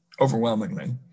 Overwhelmingly